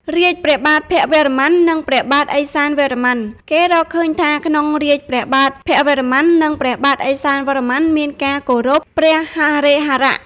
រាជ្យព្រះបាទភវរ្ម័ន និងព្រះបាទឥសានវរ្ម័ន គេរកឃើញថា ក្នុងរាជ្យព្រះបាទភវរ្ម័ន និងព្រះបាទឥសានវរ្ម័ន មានការគោរព ព្រះហរិហរៈ។